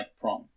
prom